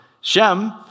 Shem